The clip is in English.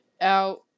out